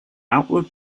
outward